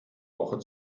woche